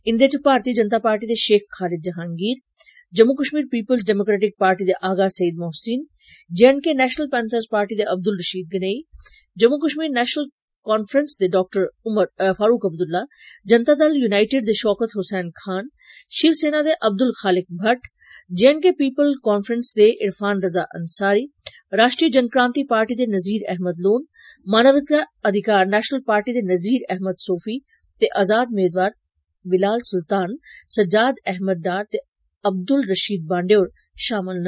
इन्दे इव भारतीय जनता पार्टी दे Sheikh Khalid Jahangir Jammu Kashmir peoples democratic party दे Aga Syed Mohsin J and K national panthers party दे अब्दुल रशीद गनेई जम्मू कश्मीर नैशनल कांफ्रैंस दे डॉक्टर फारूक अब्दुल्ला जनता दल यूनाईटेड दे शौकत हुसैन खान शिव सेना दे Abdul Khaliq Bhat J and K peoples conference दे हरफान रज़ा अंसारी राष्ट्रीय जनक्रांति पार्टी दे नज़ीर अहमद लोन मानवाधिकार नैशनल पार्टी दे नज़ीर अहमद सौफी ते आज़ाद मेदवार विलाल सुल्तान सज्जाद अहमद डार ते अब्दुल रशीद बाण्डे होर शामल न